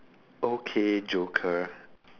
okay joker